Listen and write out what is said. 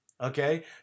Okay